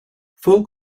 full